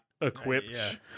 equipped